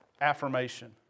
affirmation